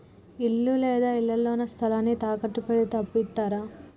ఇల్లు లేదా ఇళ్లడుగు స్థలాన్ని తాకట్టు పెడితే అప్పు ఇత్తరా?